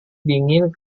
dingin